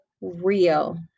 real